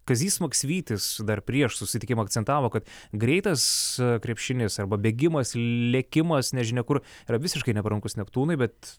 kazys maksvytis dar prieš susitikimą akcentavo kad greitas krepšinis arba bėgimas lėkimas nežinia kur yra visiškai neparankus neptūnui bet